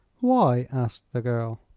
why? asked the girl.